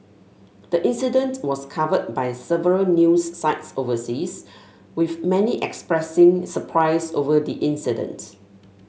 the incident was covered by several news sites overseas with many expressing surprise over the incident